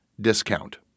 discount